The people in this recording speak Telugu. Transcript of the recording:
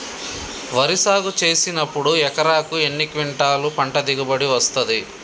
వరి సాగు చేసినప్పుడు ఎకరాకు ఎన్ని క్వింటాలు పంట దిగుబడి వస్తది?